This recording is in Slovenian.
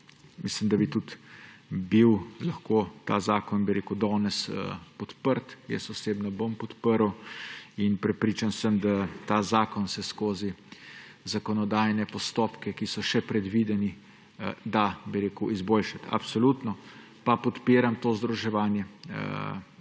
Mislim, da bi tudi lahko bil ta zakon danes podprt. Osebno ga bom podprl in prepričan sem, da ta zakon se skozi zakonodajne postopke, ki so še predvideni, da izboljšati. Absolutno pa podpiram to združevanje